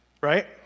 right